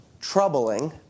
troubling